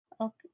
Okay